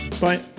Bye